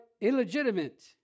illegitimate